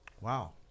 Wow